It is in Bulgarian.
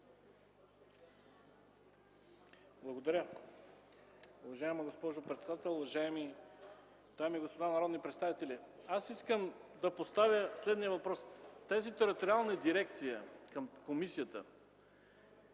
Благодаря. Уважаема госпожо председател, уважаеми дами и господа народни представители! Искам да поставя следния въпрос: тази териториална дирекция към комисията